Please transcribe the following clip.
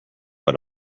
but